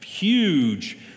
huge